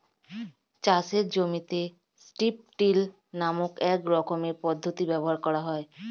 চাষের জমিতে strip till নামক এক রকমের পদ্ধতি ব্যবহার করা হয়